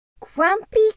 Grumpy